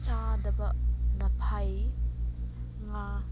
ꯆꯥꯗꯕꯅ ꯐꯩ ꯉꯥ